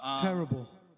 Terrible